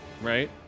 right